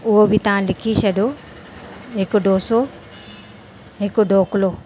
उहो बि तव्हां लिखी छॾो हिकु डोसो हिकु ढोकलो